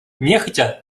нехотя